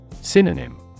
Synonym